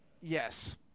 Yes